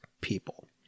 people